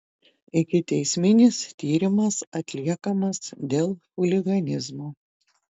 ikiteisminis tyrimas atliekamas dėl chuliganizmo